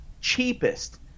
cheapest